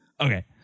Okay